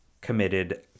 committed